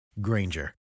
Granger